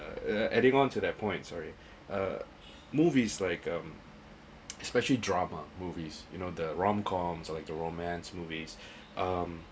uh adding onto that point sorry uh movies like um especially drama movies you know the rom coms like romance movies um